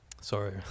Sorry